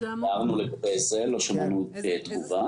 שמענו תגובה.